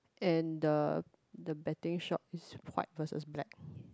and the the betting shop is white versus black